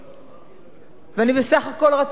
ואני בסך הכול רציתי לקנות ספר.